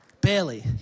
Barely